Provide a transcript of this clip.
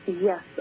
Yes